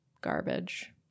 garbage